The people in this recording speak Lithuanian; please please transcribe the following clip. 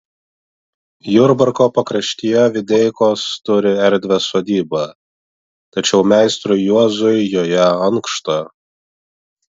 jurbarko pakraštyje videikos turi erdvią sodybą tačiau meistrui juozui joje ankšta